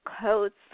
coats